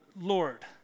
Lord